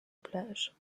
plage